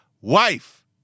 wife